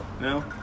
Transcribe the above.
No